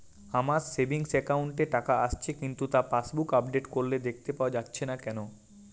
আমার savings account এ টাকা আসছে কিন্তু তা পাসবুক আপডেট করলে দেখতে পাওয়া যাচ্ছে না কেন?